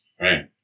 Right